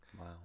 Wow